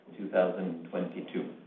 2022